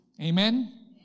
Amen